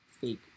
fake